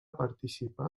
participar